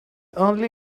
only